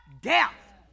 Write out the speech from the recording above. Death